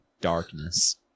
darkness